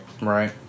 Right